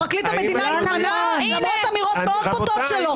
פרקליט המדינה התמנה למרות אמירות מאוד בוטות שלו.